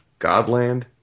Godland